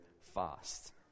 fast